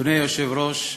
אדוני היושב-ראש,